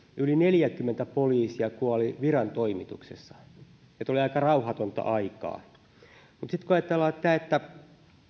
yli neljäkymmentä poliisia kuoli virantoimituksessa niin että oli aika rauhatonta aikaa mutta sitten kun ajatellaan sitä että